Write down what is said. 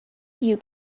you